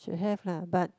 should have lah but